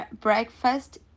breakfast